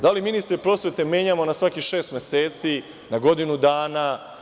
Da li ministre prosvete menjamo na svakih šest meseci, na godinu dana?